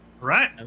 Right